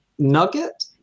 Nugget